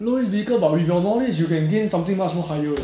low risk vehicle but with your knowledge you can gain something much more higher